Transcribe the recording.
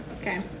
Okay